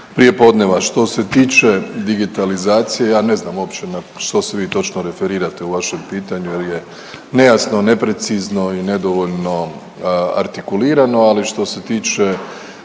prijepodneva. Što se tiče digitalizacije, ja ne znam uopće na što se vi točno referirate u vašem pitanju jer je nejasno, neprecizno i nedovoljno artikulirano, ali što se tiče